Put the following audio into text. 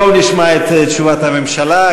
בואו נשמע את תשובת הממשלה,